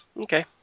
Okay